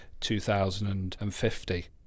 2050